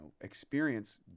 experience